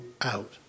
out